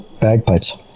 bagpipes